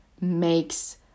makes